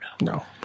No